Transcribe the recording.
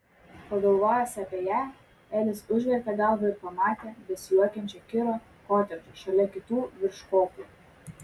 pagalvojęs apie ją elis užvertė galvą ir pamatė besijuokiančio kiro kotedžą šalia kitų virš kopų